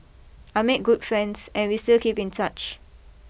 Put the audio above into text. I made good friends and we still keep in touch